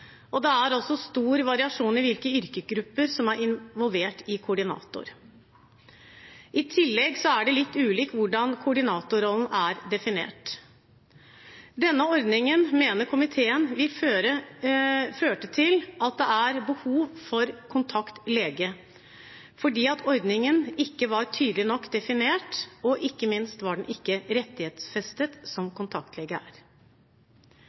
og det er også stor variasjon i hvilke yrkesgrupper som er involvert. I tillegg er det litt ulikt hvordan koordinatorrollen er definert. Denne ordningen mener komiteen førte til at det er behov for kontaktlege, fordi ordningen ikke var tydelig nok definert, og ikke minst var den ikke rettighetsfestet,